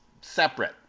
separate